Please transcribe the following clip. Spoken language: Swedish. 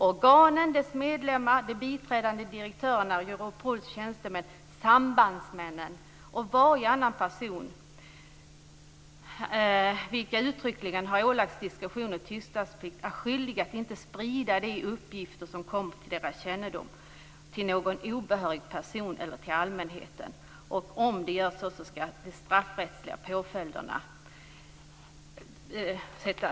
"Organen, dess medlemmar, de biträdande direktörerna, Europols tjänstemän, sambandsmännen och varje annan person, vilka uttryckligen har ålagts diskretions och tystnadsplikt är skyldiga att inte sprida de uppgifter som kommer till deras kännedom - till någon obehörig person eller till allmänheten." Om så sker, blir det straffrättsliga påföljder.